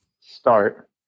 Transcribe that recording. start